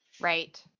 Right